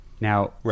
Now